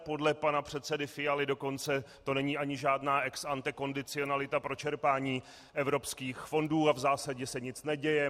Podle pana předsedy Fialy dokonce to není ani žádná ex ante kondicionalita pro čerpání evropských fondů a v zásadě se nic neděje.